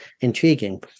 intriguing